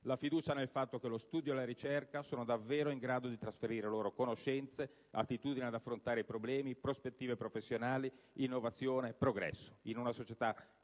la fiducia nel fatto che lo studio e la ricerca sono davvero in grado di trasferire loro conoscenze, attitudine ad affrontare i problemi, prospettive professionali, innovazione, progresso in una società